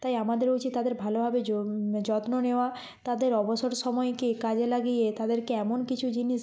তাই আমাদের উচিত তাদের ভালোভাবে যত্ন নেওয়া তাদের অবসর সময়কে কাজে লাগিয়ে তাদেরকে এমন কিছু জিনিস